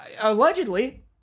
Allegedly